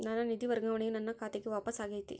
ನನ್ನ ನಿಧಿ ವರ್ಗಾವಣೆಯು ನನ್ನ ಖಾತೆಗೆ ವಾಪಸ್ ಆಗೈತಿ